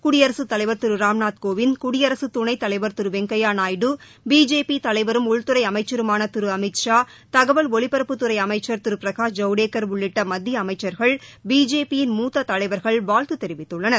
குடியரசுத் தலைவர் திரு ராம்நாத் கோவிந்த் குடியரசு துணைத்தலைவர் திரு வெங்கையா நாயுடு பிஜேபி தலைவரும் உள்துறை அமைச்சருமான திரு அமித்ஷா தகவல் ஒலிபரப்புத்துறை அமைச்சர் திரு பிரகாஷ் ஜவடேக்கர் உள்ளிட்ட மத்திய அமைச்சர்கள் பிஜேபி யின் மூத்த தலைவர்கள் வாழ்த்து தெரிவித்துள்ளனர்